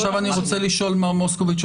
אני רוצה לשאול, מר מוסקוביץ: